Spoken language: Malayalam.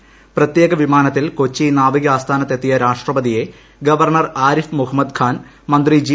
രാപ്രഷപതി പ്രത്യേക വിമാനത്തിൽ കൊച്ചി നാവിക ആസ്ഥാനത്ത് എത്തിയ രാഷ്ട്രപതിയെ ഗവർണർ ആരിഫ് മുഹമ്മദ് ഖാൻ മന്ത്രി ജി